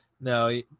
no